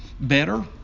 better